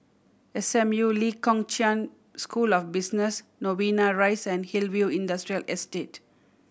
S M U Lee Kong Chian School of Business Novena Rise and Hillview Industrial Estate